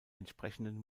entsprechenden